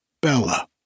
Bella